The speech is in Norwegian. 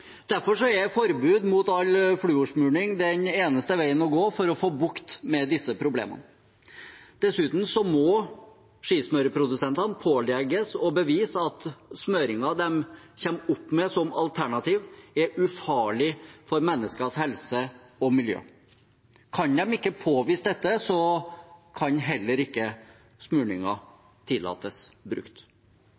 er forbud mot all fluorsmurning den eneste veien å gå for å få bukt med disse problemene. Dessuten må skismurningsprodusentene pålegges å bevise at smurningen de kommer opp med som alternativ, er ufarlig for menneskers helse og miljø. Kan de ikke påvise dette, kan heller ikke